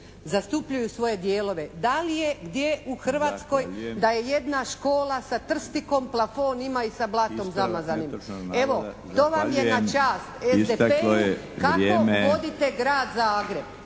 zastupljuju svoje dijelove. Da li je gdje u Hrvatskoj da je jedna škola sa trstikom plafon ima i sa blatom zamazanim. Evo to vam je na čast SDP-u kako vodite Grad Zagreb.